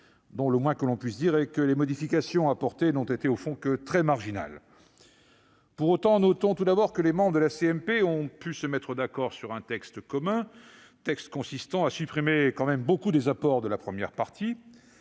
dont le moins que l'on puisse dire est que les modifications qu'il contient ne sont, au fond, que très marginales. Pour autant, notons tout d'abord que les membres de la CMP ont pu se mettre d'accord sur un texte commun, qui consiste à supprimer beaucoup des apports de la première partie.